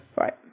right